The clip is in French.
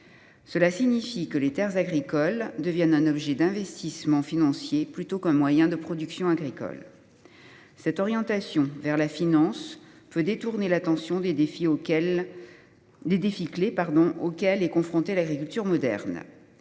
de l’agriculture : les terres agricoles deviennent un objet d’investissement financier plutôt qu’un moyen de production agricole. Cette orientation vers la finance peut détourner l’attention des enjeux clés auxquels est confrontée l’agriculture moderne.